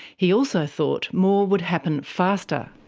he also thought more would happen faster.